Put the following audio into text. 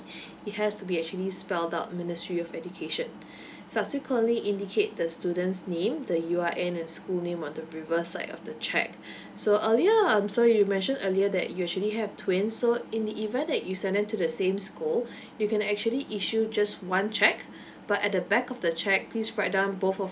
it has to be actually spelled out ministry of education subsequently indicate the student's name the U_R_N and school name on the reverse side of the cheque so earlier um so you mentioned earlier that you actually have twins so in the event that you send them to the same school you can actually issue just one cheque but at the back of the cheque please write down both of